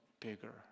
bigger